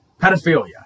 Pedophilia